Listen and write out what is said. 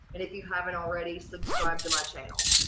and if you haven't already so describe to my channel.